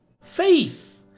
Faith